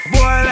Boy